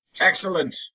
Excellent